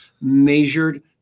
measured